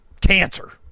cancer